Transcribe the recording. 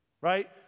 right